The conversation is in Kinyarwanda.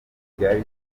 kigali